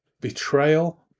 betrayal